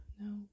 No